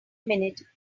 minute